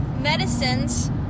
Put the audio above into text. medicines